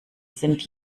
sind